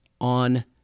on